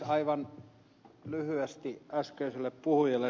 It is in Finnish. aivan lyhyesti äskeiselle puhujalle